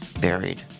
buried